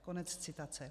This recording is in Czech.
Konec citace.